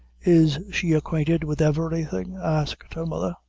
is she acquainted with everything? asked her mother.